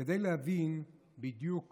כדי להבין בדיוק